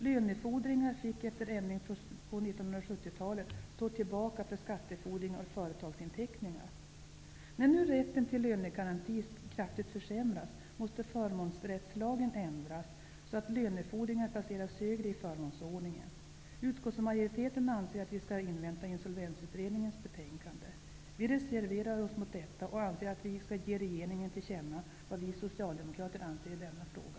Lönefordringar fick, efter en ändring på 1970-talet, stå tillbaka för skattefordringar och företagsinteckningar. När nu rätten till lönegaranti kraftigt har försämrats, måste förmånsrättslagen ändras så att lönefordringar placeras högre i förmånsordningen. Utskottsmajoriteten anser att vi skall invänta Insolvensutredningens betänkande. Vi socialdemokrater reserverar oss mot detta och anser att riksdagen skall ge regeringen till känna vad vi anser i denna fråga.